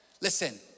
Listen